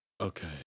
Okay